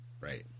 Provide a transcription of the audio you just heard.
Right